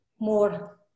more